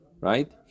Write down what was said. right